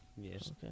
Yes